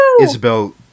Isabel